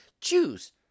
choose